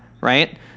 right